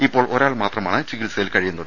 ഇപ്പോൾ ഒരാൾ മാത്രമാണ് ചികിത്സയിൽ കഴിയുന്നത്